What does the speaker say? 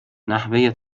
نحوه